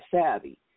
savvy